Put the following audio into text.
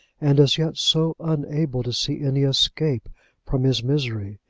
and as yet so unable to see any escape from his misery,